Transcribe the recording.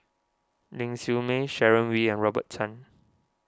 Ling Siew May Sharon Wee and Robert Tan